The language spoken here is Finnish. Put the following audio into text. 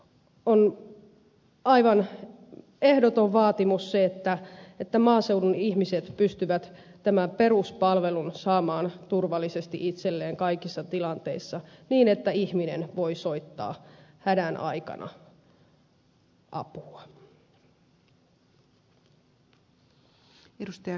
on aivan ehdoton vaatimus se että maaseudun ihmiset pystyvät tämän peruspalvelun saamaan turvallisesti itselleen kaikissa tilanteissa niin että ihminen voi soittaa hädän aikana apua